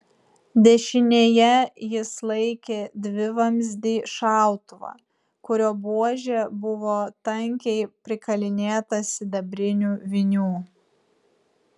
dešinėje jis laikė dvivamzdį šautuvą kurio buožė buvo tankiai prikalinėta sidabrinių vinių